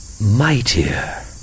mightier